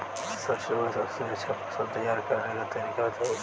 सरसों का सबसे अच्छा फसल तैयार करने का तरीका बताई